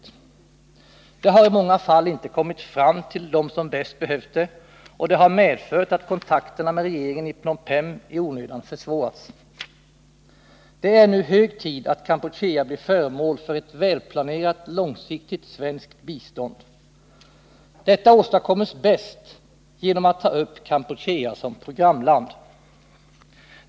Hjälpen har i många fall inte kommit fram till dem som bäst behövt den, och kontakterna med regeringen i Phnom Penh har i onödan försvårats. Det är nu hög tid att Kampuchea blir föremål för ett väl planerat, långsiktigt svenskt bistånd. Detta åstadkommes bäst genom att Sverige tar upp Kampuchea som programland.